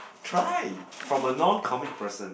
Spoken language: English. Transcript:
try from a non comic person